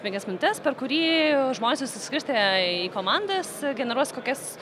penkias minutes per kurį žmonės susiskirstę į komandas generuos kokias